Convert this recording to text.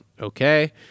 okay